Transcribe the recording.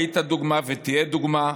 היית דוגמה ותהיה דוגמה.